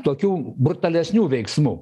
tokių brutalesnių veiksmų